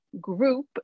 group